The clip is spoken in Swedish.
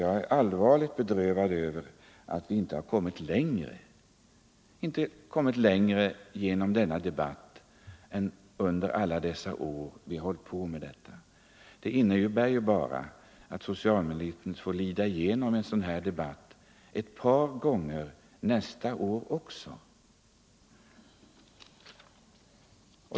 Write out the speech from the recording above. Jag är allvarligt bedrövad över att vi inte har kommit längre i den diskussion som förts under en rad av år. Följden blir ju bara att socialministern kommer att få genomlida en sådan här debatt också ett par gånger nästa år.